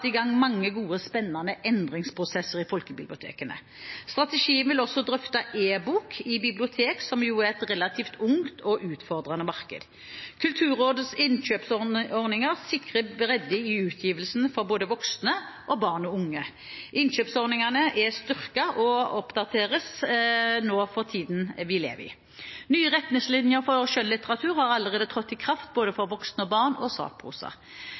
i gang mange gode og spennende endringsprosesser i folkebibliotekene. Strategien vil også drøfte e-bok i bibliotek, som jo er et relativt ungt og utfordrende marked. Kulturrådets innkjøpsordninger sikrer bredde i utgivelsene for både voksne, barn og unge. Innkjøpsordningene er styrket og oppdateres nå for tiden vi lever i. Nye retningslinjer for skjønnlitteratur har allerede trådt i kraft både for voksne og for barn, og